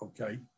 okay